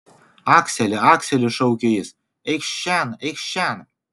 akseli akseli šaukė jis eikš šen eikš šen